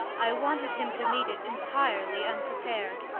i wanted him to meet it entirely unprepared.